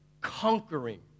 conquering